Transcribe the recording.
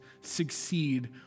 succeed